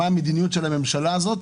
המדיניות של הממשלה הזאת,